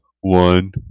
one